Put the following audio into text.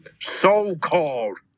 So-called